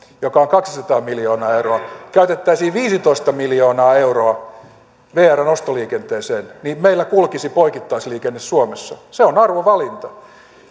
joka on kaksisataa miljoonaa käytettäisiin viisitoista miljoonaa euroa vrn ostoliikenteeseen niin meillä kulkisi poikittaisliikenne suomessa se on arvovalinta